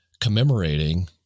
commemorating